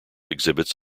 exhibits